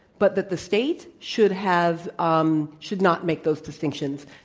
but that the state should have um should not make those distinctions.